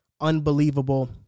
Unbelievable